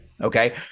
Okay